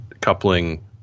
coupling